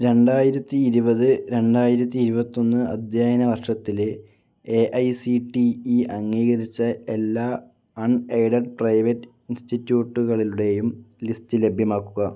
രണ്ടായിരത്തി ഇരുപത് രണ്ടായിരത്തി ഇരുപത്തൊന്ന് അധ്യയന വർഷത്തില് A I C T E അംഗീകരിച്ച എല്ലാ അൺ എയ്ഡഡ് പ്രൈവറ്റ് ഇൻസ്റ്റിട്യൂട്ടുകളുടെയും ലിസ്റ്റ് ലഭ്യമാക്കുക